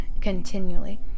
continually